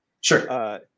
Sure